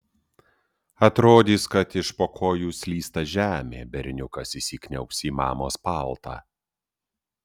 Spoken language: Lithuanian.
atrodys kad iš po kojų slysta žemė berniukas įsikniaubs į mamos paltą